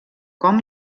com